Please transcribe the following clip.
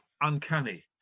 uncanny